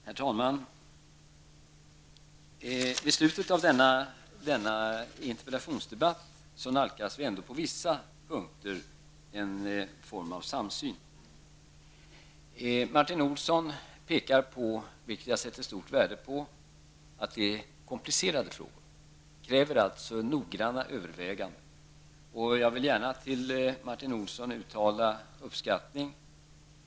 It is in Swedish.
Herr talman! I slutet av denna interpellationsdebatt nalkas vi ändå på vissa punkter någon form av samsyn. Martin Olsson pekar på, och det uppskattar jag mycket, att detta är komplicerade frågor, som kräver noggranna överväganden. Jag vill gärna till Martin Olsson uttala en uppskattning.